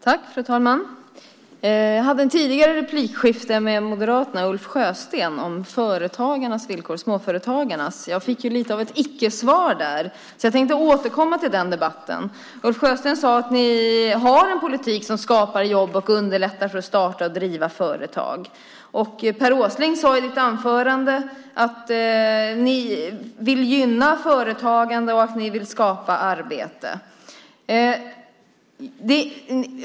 Fru talman! Jag hade tidigare ett replikskifte med moderaten Ulf Sjösten om småföretagarnas villkor. Där fick jag ett icke-svar, så jag tänkte återkomma till den debatten. Ulf Sjösten sade att ni har en politik som skapar jobb och underlättar att starta och driva företag. Per Åsling sade i sitt anförande att ni vill gynna företagande och skapa arbete.